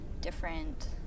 different